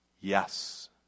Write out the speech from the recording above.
Yes